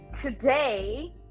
today